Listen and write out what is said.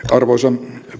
arvoisa